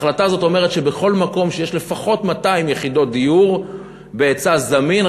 ההחלטה הזאת אומרת שבכל מקום שיש לפחות 200 יחידות דיור בהיצע זמין,